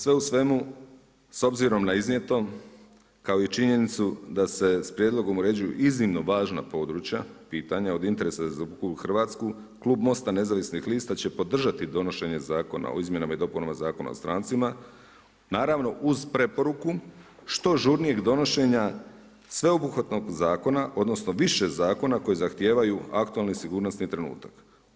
Sve u svemu, s obzirom na iznijeto, kao i činjenicu da se sa prijedlogom uređuju iznimno važna područja, pitanja, od interesa za RH, Klub Mosta nezavisnih lista će podržati donošenje Zakona o izmjenama i dopunama Zakona o strancima, naravno uz preporuku što žurnijeg donošenja sveobuhvatnog zakona, odnosno više zakon koji zahtijevaju aktualni sigurnosti trenutak.